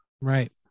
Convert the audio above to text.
Right